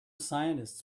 scientists